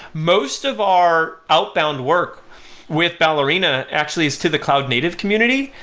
most of our outbound work with ballerina actually is to the cloud native community,